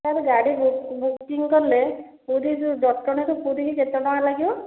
sir ଗାଡ଼ି booking କଲେ ଜଟଣୀରୁ ପୁରୀ କି କେତେ ଟଙ୍କା ଲାଗିବ